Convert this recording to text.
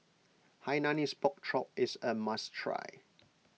Hainanese Pork Chop is a must try